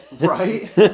right